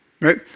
Right